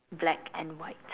black and white